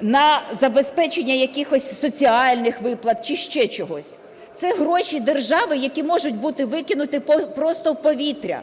на забезпечення якихось соціальних виплат чи ще чогось? Це гроші держави, які можуть бути викинуті просто в повітря.